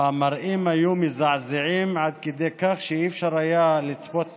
המראות היו מזעזעים עד כדי כך שאי-אפשר היה לצפות בהם.